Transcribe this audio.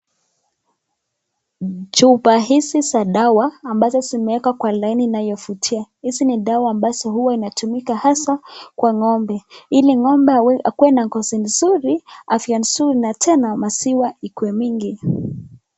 Chupa hizi za dawa ambazo zimewekwa kwa laini inayovutia hizi ni dawa ambazo huwa inatumika haswa kwa ng'ombe ili ng'ombe akuwe na ngozi mzuri afya mzuri na tena maziwa ikuwe mingi.